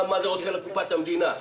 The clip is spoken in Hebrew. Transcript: מה זה עושה לקופת המדינה.